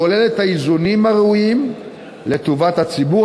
כולל את האיזונים הראויים לטובת ציבור